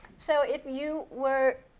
so if you were.